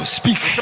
speak